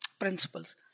principles